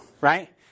right